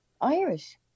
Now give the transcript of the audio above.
Irish